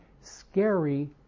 scary